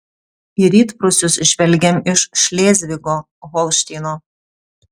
į rytprūsius žvelgiam iš šlėzvigo holšteino